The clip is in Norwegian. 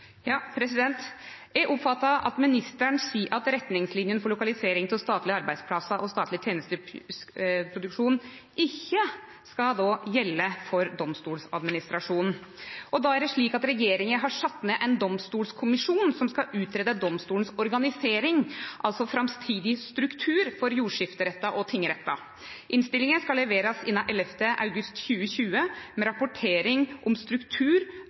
Eg oppfattar at justisministeren seier at retningslinjene for lokalisering av statlege arbeidsplasser og statleg tenesteproduksjon då ikkje skal gjelde for Domstoladministrasjonen. Regjeringa har sett ned ein domstolskommisjon som skal greie ut organiseringa av domstolane, altså framtidig struktur for jordskifterettar og tingrettar. Innstillinga skal leverast innan 11. august 2020, men rapporteringa om struktur